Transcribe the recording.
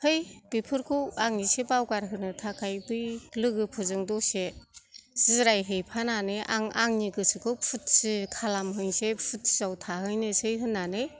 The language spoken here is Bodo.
है बेफोरखौ आं इसे बावगार होनो थाखाय बै लोगोफोरजों दसे जिरायहैफानानै आं आंनि गोसोखौ फुरथि खालामहैनोसै फुरथियाव थाहैनोसै होननानै